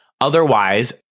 Otherwise